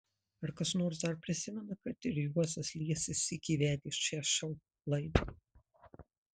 ar kas nors dar prisimena kad ir juozas liesis sykį vedė šią šou laidą